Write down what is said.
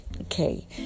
okay